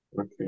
Okay